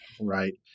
Right